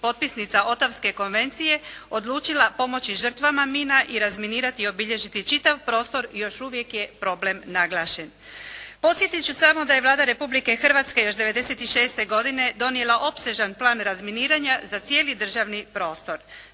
potpisnica Otawske konvencije, odlučila pomoći žrtvama mina i razminirati i obilježiti čitav prostor još uvijek je problem naglašen. Posjetiti ću samo da je Vlada Republike Hrvatske još 96. godine donijela opsežan plan razminiranja za cijeli državni prostor.